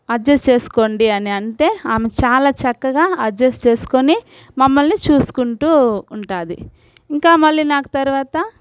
adjust చేసుకోండి అనంటే ఆమె చాలా చక్కగా అడ్జస్ట్ చేసుకొని మమ్మల్ని చూసుకుంటూ ఉంటుంది ఇంకా మళ్ళీ నాకు తరువాత